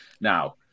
Now